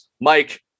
Mike